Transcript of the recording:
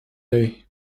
day